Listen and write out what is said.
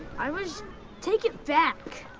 i was take it back!